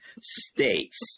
States